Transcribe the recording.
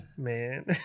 Man